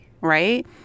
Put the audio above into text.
right